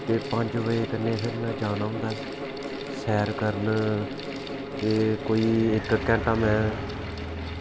ते पंज बजे कन्नै फिर में जाना होंदा सैर करन ते कोई इक घैंटा में